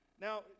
Now